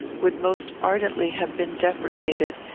would most ardently have been deprecated,